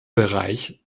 bereich